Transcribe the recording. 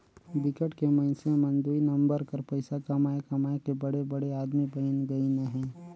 बिकट के मइनसे मन दुई नंबर कर पइसा कमाए कमाए के बड़े बड़े आदमी बइन गइन अहें